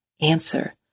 answer